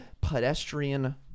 pedestrian